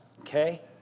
Okay